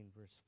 verse